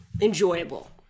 enjoyable